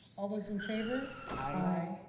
all those in favor? aye.